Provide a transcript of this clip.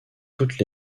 toutes